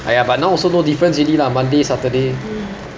!aiya! but now also no difference already lah monday saturday